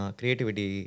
creativity